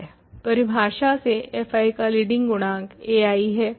परिभाषा से fi का लीडिंग गुणांक ai है